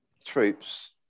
troops